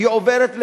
והיא עוברת,